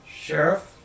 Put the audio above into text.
Sheriff